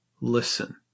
Listen